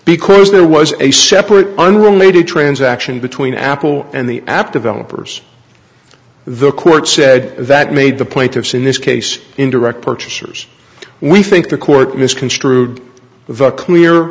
because there was a separate unrelated transaction between apple and the app developers the court said that made the plaintiffs in this case in direct purchasers we think the court misconstrued the clear